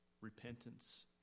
Repentance